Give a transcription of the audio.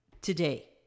today